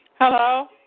Hello